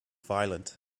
violent